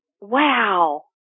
Wow